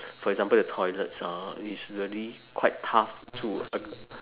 for example the toilets ah it's really quite tough to ad~